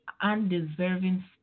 undeserving